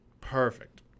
perfect